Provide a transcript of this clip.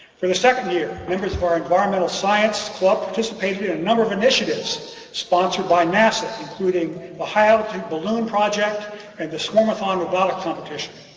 for the second year, members of our environmental science club participated in a number of initiatives sponsored by nasa including the high-altitude balloon project and the swarmathon robotics competition.